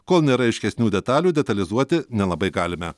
kol nėra aiškesnių detalių detalizuoti nelabai galime